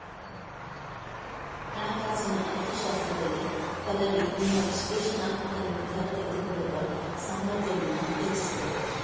ಹಣಕಾಸಿನ ಅರ್ಥಶಾಸ್ತ್ರದಲ್ಲಿ ಪದವಿ ನಿಮ್ಮ ವಿಶ್ಲೇಷಣಾತ್ಮಕ ನಿರ್ಧಾರ ತೆಗೆದುಕೊಳ್ಳುವ ಸಾಮರ್ಥ್ಯವನ್ನ ಹೆಚ್ಚಿಸ್ತದೆ